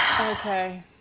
Okay